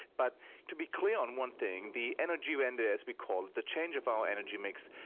but to be clear on one thing, the energiewende, as we call it, the change of our energy mix,